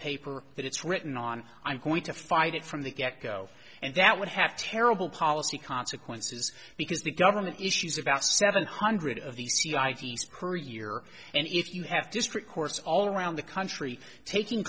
paper that it's written on i'm going to fight it from the get go and that would have terrible policy consequences because the government issues about seven hundred of these c i v s per year and if you have to strip course all around the country taking